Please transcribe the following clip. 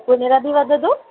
पुनरपि वदतु